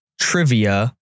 trivia